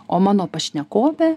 o mano pašnekovė